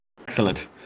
Excellent